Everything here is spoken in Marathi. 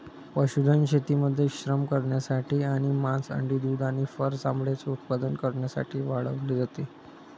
पशुधन शेतीमध्ये श्रम करण्यासाठी आणि मांस, अंडी, दूध आणि फर चामड्याचे उत्पादन करण्यासाठी वाढवले जाते